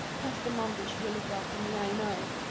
pastor manders will look after me, i know.